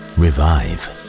revive